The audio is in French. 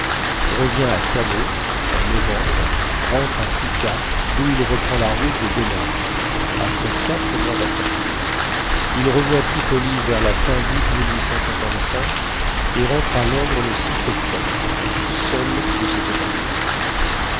revient à kano en novembre rentre à kouka d'où il reprend la route de denham après quatre mois d'attente il revoit tripoli vers la fin d'août et rentre à londres le septembre seul de ses compagnons